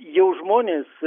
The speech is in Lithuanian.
jau žmonės